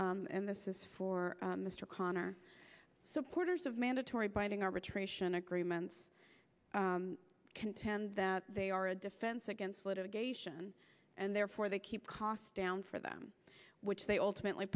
and this is for mr connor supporters of mandatory binding arbitration agreements contend that they are a defense against litigation and therefore they keep costs down for them which they ultimately